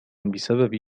بسبب